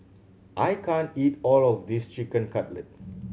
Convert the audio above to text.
I can't eat all of this Chicken Cutlet